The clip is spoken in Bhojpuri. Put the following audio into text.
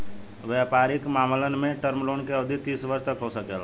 वयपारिक मामलन में टर्म लोन के अवधि तीस वर्ष तक हो सकेला